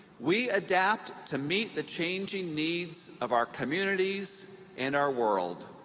we adapt to meet the changing needs of our communities and our world.